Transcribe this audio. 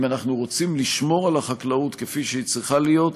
אם אנחנו רוצים לשמור על החקלאות כפי שהיא צריכה להיות,